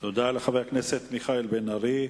תודה לחבר הכנסת מיכאל בן-ארי.